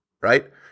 right